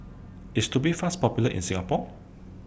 IS Tubifast Popular in Singapore